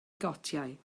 gotiau